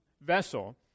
vessel